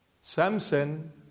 Samson